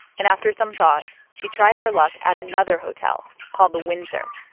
and after some thought, she tried her luck at another hotel called the windsor.